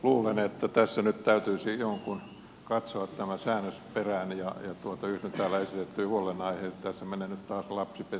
luulen että tässä nyt täytyisi jonkun katsoa tämän säännöksen perään ja yhdyn täällä esitettyyn huolenaiheeseen että tässä menee nyt taas lapsi pesuveden mukana